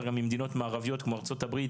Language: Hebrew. גם ממדינות מערביות כמו ארצות הברית,